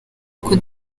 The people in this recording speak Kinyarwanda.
uko